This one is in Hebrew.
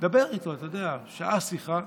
לדבר איתו, אתה יודע, שעה שיחה.